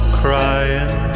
crying